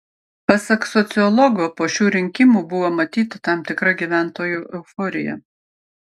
pasak sociologo po šių rinkimų buvo matyti tam tikra gyventojų euforija